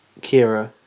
Kira